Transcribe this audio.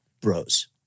bros